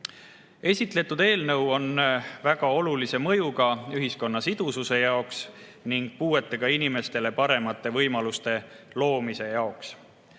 Esitletav eelnõu on väga olulise mõjuga ühiskonna sidususe jaoks ning puuetega inimestele paremate võimaluste loomise jaoks.